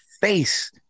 face